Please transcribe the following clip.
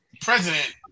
president